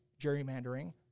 gerrymandering